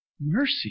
Mercy